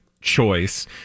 choice